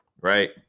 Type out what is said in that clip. Right